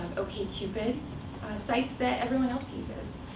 okcupid sites that everyone else uses.